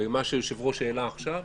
ומה שהיושב-ראש העלה עכשיו,